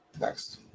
Next